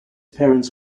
parents